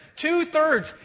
Two-thirds